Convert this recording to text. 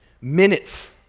minutes